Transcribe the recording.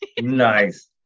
Nice